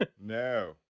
No